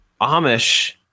Amish